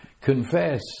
Confess